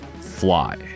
fly